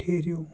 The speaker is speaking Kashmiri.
ٹھہرِو